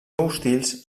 hostils